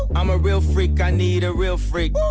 i'm a real freak. i need a real freak.